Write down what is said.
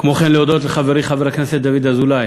וכן להודות לחברי חבר הכנסת דוד אזולאי,